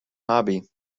hobby